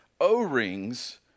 O-rings